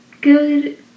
good